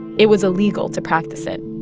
it was illegal to practice it.